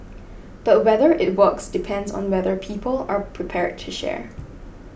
but whether it works depends on whether people are prepared to share